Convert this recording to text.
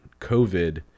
COVID